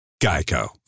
Geico